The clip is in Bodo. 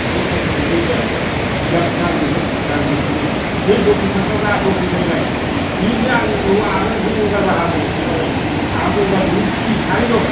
अर सायबाय थायो दे बिसोरो जिगाब नांगौ बिसोरनो नै दरसे थांखांबा दरसे फैबाय बिदिनो आंनि न'आव आगोलनिफ्राय गंगार बाहामोन एखेबारे आंहा गंगारजोंनो बिसिगि सानै दं